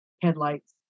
headlights